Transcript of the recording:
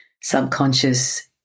Subconscious